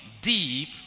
deep